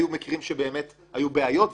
היו מקרים שבאמת היו בעיות,